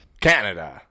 Canada